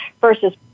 versus